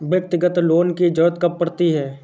व्यक्तिगत लोन की ज़रूरत कब पड़ती है?